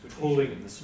pulling